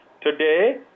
Today